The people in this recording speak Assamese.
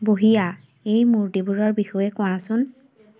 বঢ়িয়া এই মূৰ্তিবোৰৰ বিষয়ে কোৱাচোন